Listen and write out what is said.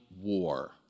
war